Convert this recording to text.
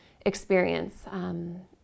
experience